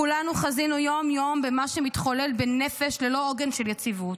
כולנו חזינו יום-יום במה שמתחולל בנפש ללא עוגן של יציבות.